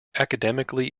academically